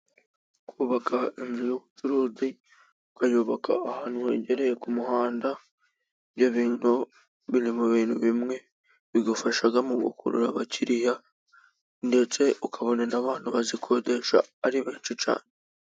Kubaka inzu y'ubucuruzi , ukayubaka ahantu hegereye ku muhanda, ibyo bintu biri mu bintu bimwe bigufasha mu gukurura abakiriya ndetse ukabona n'abantu bazikodesha ari benshi cyane.